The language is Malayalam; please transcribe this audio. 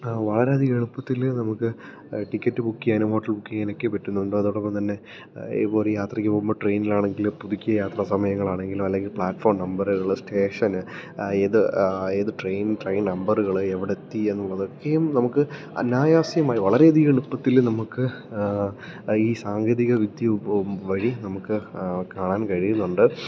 വളരെയധികം എളുപ്പത്തിൽ നമുക്ക് ടിക്കറ്റ് ബുക്ക് ചെയ്യാനും ഹോട്ടല് ബുക്ക് ചെയ്യാനൊക്കെ പറ്റുന്നുണ്ട് അതോടപ്പംതന്നെ ഇതുപോലെ യാത്രക്ക് പോകുമ്പോൾ ട്രെയ്നിലാണെങ്കിൽ പുതുക്കിയ യാത്രാസമയങ്ങളാണെങ്കിലും അല്ലെങ്കിൽ പ്ലാറ്റ്ഫോം നമ്പറ്കൾ സ്റ്റേഷന് ഏത് ഏത് ട്രെയ്ൻ ട്രെയ്ൻ നമ്പറ്കൾ എവിടെ എത്തി എന്നുള്ളതൊക്കെയും നമുക്ക് അനായാസമായി വളരെയധികം എളുപ്പത്തിൽ നമുക്ക് ഈ സാങ്കേതികവിദ്യ വഴി നമുക്ക് കാണാൻ കഴിയുന്നുണ്ട്